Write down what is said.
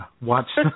watch